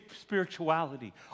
spirituality